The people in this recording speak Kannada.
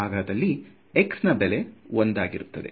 ಹಾಗಾದಲ್ಲಿ x ನ ಬೆಲೆ 1 ಆಗಿರುತ್ತದೆ